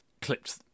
clipped